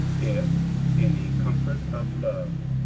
if any comfort of love,